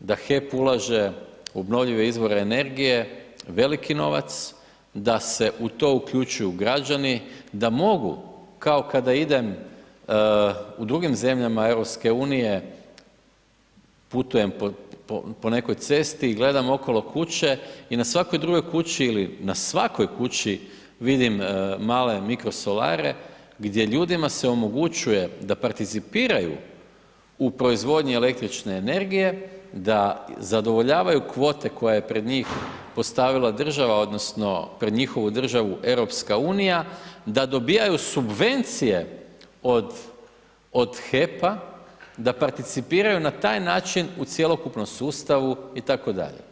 da HEP ulaže u obnovljive izbore energije veliki novac, da se u to uključuju građani, da mogu, kao kada idem u drugim zemljama EU, putujem po nekoj cesti i gledam okolo kuće i na svakoj drugoj kući ili na svakoj kući vidim male mikrosolare, gdje ljudima se omogućuje da participiraju u proizvodnji električne energije, da zadovoljavaju kvote koje pred njih postavila država, odnosno, pred njihovu državu EU, da dobivaju subvencije od HEP-a da participiraju na taj način u cjelokupnom sustavu itd.